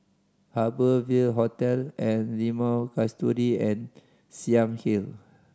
Harbour Ville Hotel and Limau Kasturi and Siang Hill